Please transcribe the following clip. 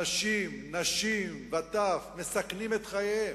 אנשים, נשים וטף מסכנים את חייהם,